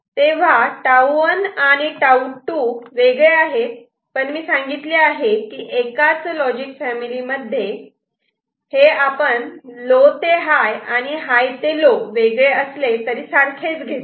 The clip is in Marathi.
तेव्हा 'τ 1' आणि 'τ 2' वेगळे आहेत पण मी सांगितले आहे की एकाच लॉजिक फॅमिली मध्ये हे आपण ते लो ते हाय आणि हाय ते लो वेगळे असले तरी सारखेच घेतो